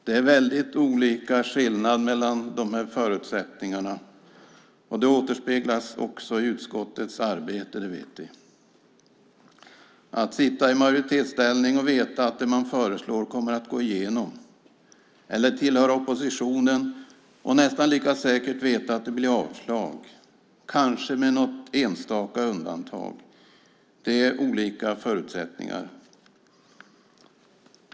Det är skillnad i förutsättningar, och det återspeglas också i utskottets arbete. Att vara i majoritetsställning och veta att det man föreslår kommer att gå igenom eller tillhöra oppositionen och nästan lika säkert veta att det blir avslag, kanske med något enstaka undantag, visar på olika förutsättningar.